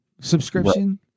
subscription